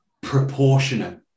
proportionate